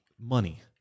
money